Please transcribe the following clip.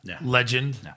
legend